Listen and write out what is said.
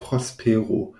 prospero